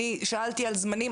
אני שאלתי על זמנים,